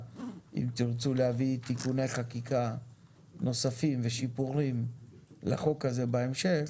תיקוני חקיקה נוספים ושיפורים לחוק הזה בהמשך,